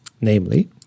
namely